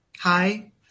Hi